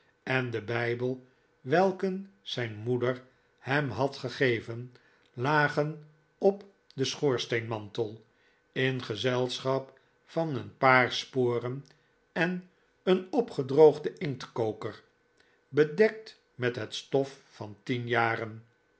en de bijbel welken zijn moeder hem had gegeven lagen op den schoorsteenmantel in gezelschap van een paar sporen en een opgedroogden inktkoker bedekt met het stof van tien jaren